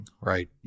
right